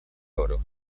oro